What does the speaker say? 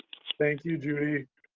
thank you, judy.